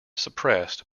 suppressed